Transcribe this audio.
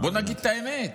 בוא נגיד את האמת,